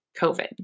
COVID